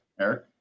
Eric